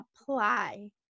apply